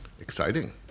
Exciting